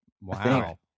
Wow